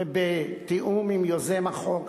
ובתיאום עם יוזם החוק,